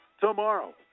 tomorrow